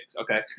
Okay